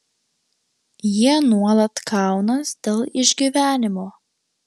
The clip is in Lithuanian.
jie nuolat kaunas dėl išgyvenimo